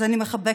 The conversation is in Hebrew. אז אני מחבקת